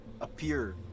appear